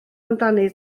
amdani